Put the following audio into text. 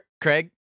Craig